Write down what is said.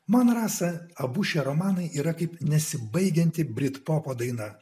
man rasa abu šie romanai yra kaip nesibaigianti britų popo daina